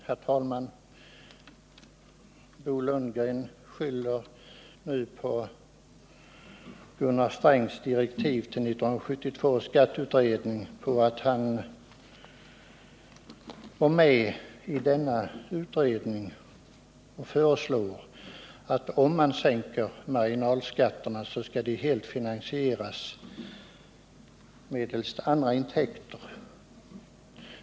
Herr talman! Bo Lundgren skyller nu på Gunnar Strängs direktiv till 1972 års skatteutredning, där han var med och föreslog att en sänkning av marginalskatterna skulle finansieras med helt andra intäkter.